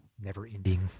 never-ending